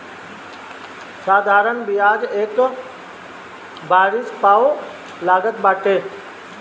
साधारण बियाज एक वरिश पअ लागत बाटे